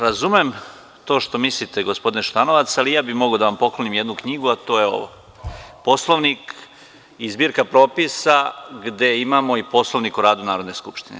Razumem to što mislite, gospodine Šutanovac, ali ja bih mogao da vam poklonim jednu knjigu, a to je Poslovnik i Zbirka propisa, gde imamo i Poslovnik o radu Narodne skupštine.